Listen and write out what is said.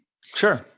Sure